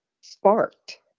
sparked